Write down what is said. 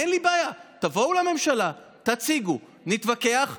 אין לי בעיה, תבואו לממשלה, תציגו, נתווכח ונצביע,